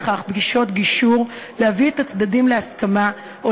בפגישות גישור כדי להביא את הצדדים להסכמה או